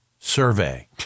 survey